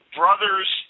brothers